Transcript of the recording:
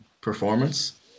performance